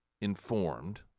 informed